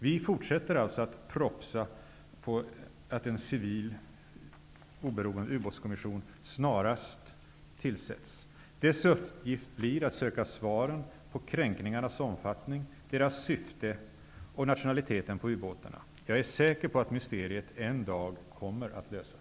Vi fortsätter alltså att ''propsa på'' att en civil oberoende ubåtskommission snarast tillsätts. Dess uppgift blir att söka svaren på kränkningarnas omfattning, deras syfte och nationaliteten på ubåtarna. Jag är säker på att mysteriet en dag kommer att lösas.